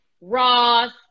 Ross